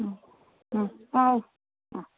ହଁ ହଁ ହଁ ହଉ ହଁ